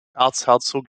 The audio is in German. erzherzog